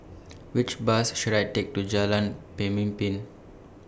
Which Bus should I Take to Jalan Pemimpin